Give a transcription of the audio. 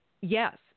yes